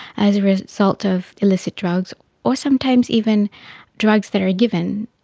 as a result of illicit drugs or sometimes even drugs that are given,